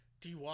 Dy